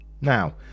Now